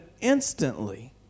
instantly